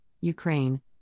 Ukraine